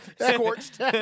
scorched